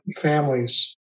families